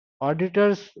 Auditors